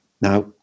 Now